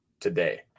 today